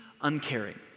uncaring